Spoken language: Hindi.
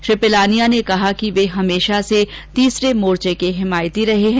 श्री पिलानिया ने कहा कि वे हमेशा से तीसरे मोर्च के हिमायती रहे हैं